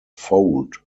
fold